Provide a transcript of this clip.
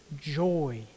joy